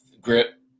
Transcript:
Grip